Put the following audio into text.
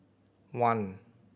one